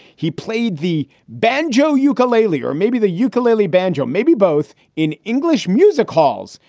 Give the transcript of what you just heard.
he played the banjo, ukulele or maybe the ukulele banjo, maybe both in english music halls.